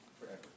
forever